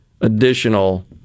additional